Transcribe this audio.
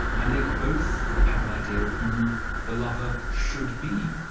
and they both have an idea of who the lover should be.